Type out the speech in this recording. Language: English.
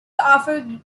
offer